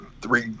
three